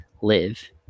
live